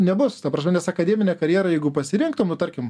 nebus ta prasme nes akademinę karjerą jeigu pasirinktum nu tarkim